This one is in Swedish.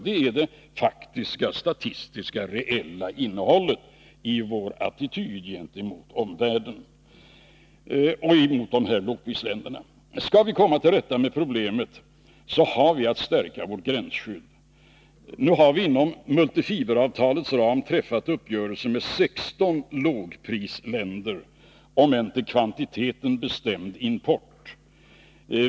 Detta är det faktiska statistiska innehållet i vårt förhållande gentemot dessa lågprisländer. Skall vi komma till rätta med problemet måste vi stärka vårt gränsskydd. Nu har vi inom multifiberavtalets ram träffat uppgörelse med 16 lågprisländer om en till kvantiteten bestämd import.